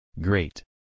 Great